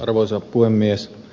arvoisa puhemies